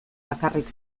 bakarrik